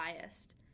biased